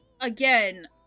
again